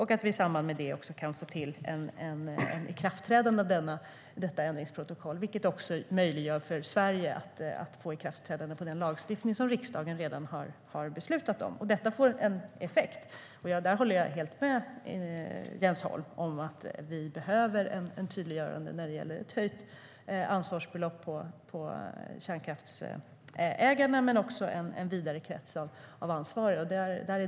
I samband med det kan vi också få till ett ikraftträdande av detta ändringsprotokoll, vilket för Sverige möjliggör ett ikraftträdande av den lagstiftning som riksdagen redan beslutat om. Detta får effekt. Jag håller helt med Jens Holm om att vi behöver ett tydliggörande när det gäller ett höjt ansvarsbelopp på kärnkraftsägarna, men också en vidare krets av ansvariga.